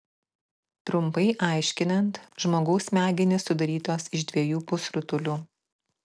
trumpai aiškinant žmogaus smegenys sudarytos iš dviejų pusrutulių